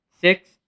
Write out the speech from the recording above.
Six